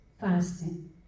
fasting